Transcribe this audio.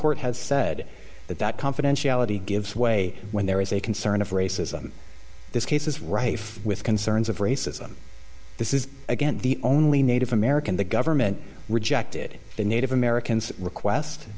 court has said that that confidentiality gives way when there is a concern of racism this case is rife with concerns of racism this is again the only native american the government rejected the native americans request